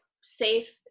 safe